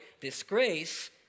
disgrace